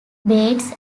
bates